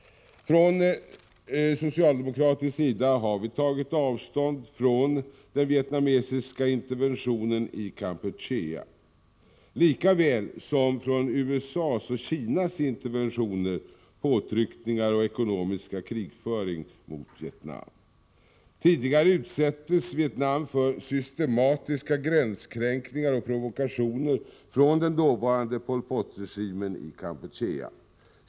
Från socialdemokratisk sida har vi tagit avstånd från den vietnamesiska interventionen i Kampuchea, likaväl som från USA:s och Kinas intervention, påtryckningar och ekonomiska krigföring mot Vietnam. Tidigare utsattes Vietnam för systematiska gränskränkningar och provokationer från den dåvarande Pol Pot-regimen i Kampuchea.